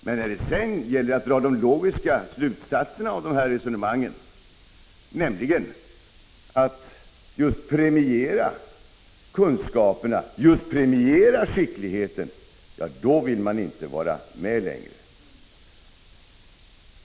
Men när det sedan gäller att dra de logiska slutsatserna av de här resonemangen, nämligen just att premiera kunskaperna, premiera skickligheten, då vill man inte vara med längre.